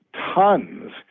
tons